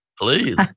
Please